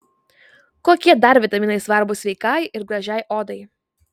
kokie dar vitaminai svarbūs sveikai ir gražiai odai